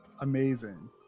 Amazing